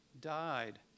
died